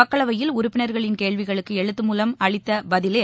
மக்களவையில் உறுப்பினர்களின் கேள்விகளுக்கு எழுத்து மூலம் பதில் அளித்த அவர்